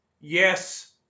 yes